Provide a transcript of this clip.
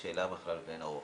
שאלה בכלל ואין ערעור.